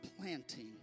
planting